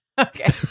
Okay